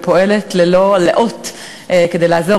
והיא פועלת ללא לאות כדי לעזור,